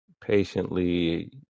patiently